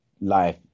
life